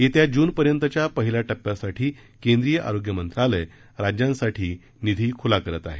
येत्या जूनपर्यंतच्या पहिल्या टप्प्यासाठी केंद्रीय आरोग्य मक्तालय राज्याप्तिठी निधी खुला करत आहे